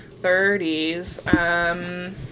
30s